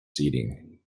seeding